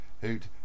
who'd